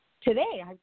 Today